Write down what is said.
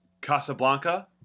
Casablanca